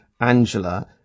Angela